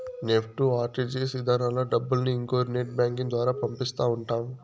NEFT, RTGS ఇధానాల్లో డబ్బుల్ని ఇంకొకరి నెట్ బ్యాంకింగ్ ద్వారా పంపిస్తా ఉంటాం